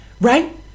Right